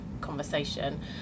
conversation